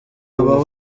aba